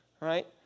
right